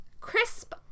Crisp